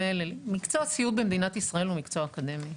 מקצוע סיעוד במדינת ישראל הוא מקצוע אקדמי.